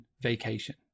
vacation